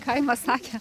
kaimas sakė